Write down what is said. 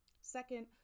second